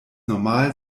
normal